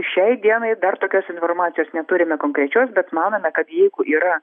šiai dienai dar tokios informacijos neturime konkrečios bet manome kad jeigu yra